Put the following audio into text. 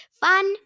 Fun